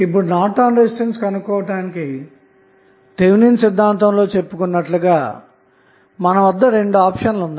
ఇప్పుడు Norton resistance కనుక్కోవటానికి Thevenin సిద్ధాంతం లో చెప్పుకున్నట్లుగా మన వద్ద రెండు ఆప్షన్స్ ఉన్నాయి